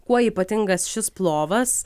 kuo ypatingas šis plovas